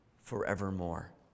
forevermore